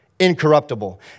Incorruptible